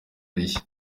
rishya